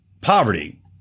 Poverty